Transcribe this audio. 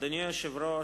אדוני היושב-ראש,